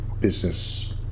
business